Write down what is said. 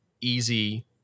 easy